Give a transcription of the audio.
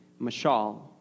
Mashal